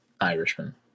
Irishman